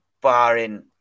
barring